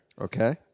okay